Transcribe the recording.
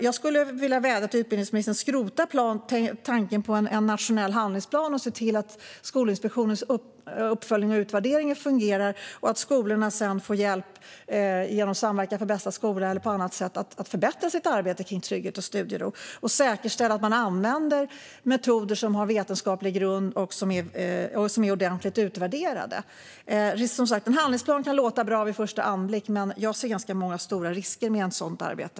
Jag skulle vilja vädja till utbildningsministern att skrota tanken på en nationell handlingsplan, se till att Skolinspektionens uppföljningar och utvärderingar fungerar och att skolorna får hjälp genom Samverkan för bästa skola eller på annat sätt att förbättra arbetet runt trygghet och studiero. Vidare ska inspektionen säkerställa att skolorna använder metoder som har vetenskaplig grund och är ordentligt utvärderade. En handlingsplan kan låta bra vid första anblick, men jag ser många stora risker med ett sådant arbete.